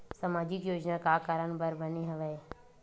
सामाजिक योजना का कारण बर बने हवे?